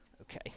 Okay